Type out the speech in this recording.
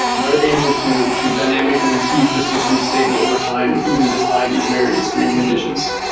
we're able to to dynamically keep the system stable over time, even despite these very extreme conditions.